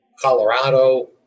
Colorado